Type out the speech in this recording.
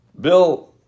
Bill